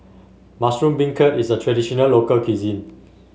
Mushroom Beancurd is a traditional local cuisine